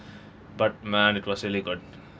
but man it was really good